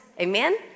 Amen